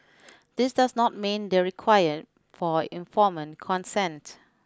this does not meet the required for informed consent